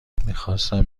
میخواستم